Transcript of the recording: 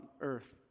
earth